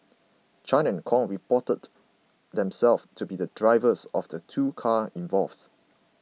Chan and Kong reported themselves to be drivers of the two cars involved